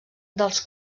dels